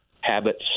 habits